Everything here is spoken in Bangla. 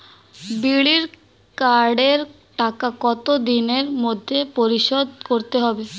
বিড়ির কার্ডের টাকা কত দিনের মধ্যে পরিশোধ করতে হবে?